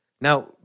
now